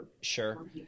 Sure